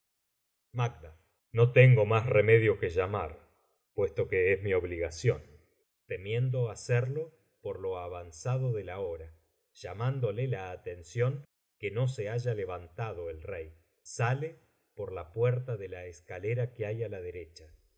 no tengo más remedio que llamar puesto que es mi obligación temiendo hacerlo por lo avanzado de la hora llamándole la atención que no se haya levantado el rey sale por la puerta de la escalera que hay á la derecha